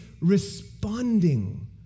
responding